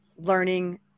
learning